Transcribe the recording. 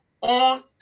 on